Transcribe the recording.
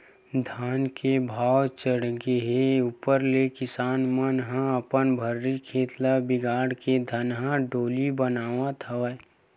धान के भाव चड़हे ऊपर ले किसान मन ह अपन भर्री खेत ल बिगाड़ के धनहा डोली बनावत हवय